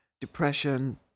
depression